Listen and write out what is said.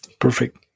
Perfect